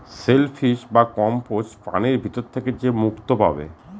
shell fish বা কম্বোজ প্রাণীর ভিতর থেকে যে মুক্তো পাবো